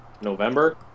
november